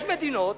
יש מדינות